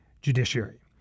judiciary